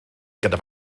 gyda